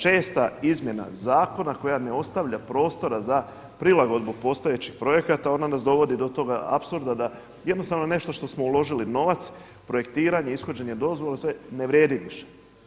Česta izmjena zakona koja ne ostavlja prostora za prilagodbu postojećih projekata onda nas dovodi do toga apsurda da jednostavno nešto što smo uložili novac, projektiranje, ishođenje dozvola ne vrijedi više.